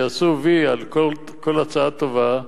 יעשו "וי" על כל הצעה טובה,